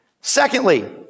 Secondly